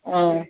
ஆ